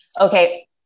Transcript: Okay